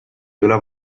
üle